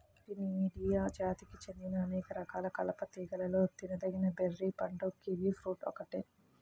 Actinidia జాతికి చెందిన అనేక రకాల కలప తీగలలో తినదగిన బెర్రీ పండు కివి ఫ్రూట్ ఒక్కటే